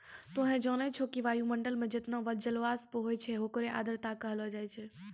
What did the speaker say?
तोहं जानै छौ कि वायुमंडल मं जतना जलवाष्प होय छै होकरे आर्द्रता कहलो जाय छै